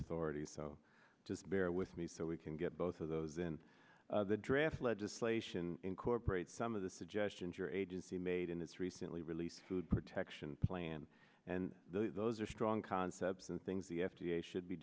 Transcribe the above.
authority so just bear with me so we can get both of those in the draft legislation incorporate some of the suggestions your agency made in its recently released food protection plan and those are strong concepts and things the f d a should be